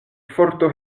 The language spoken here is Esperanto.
forto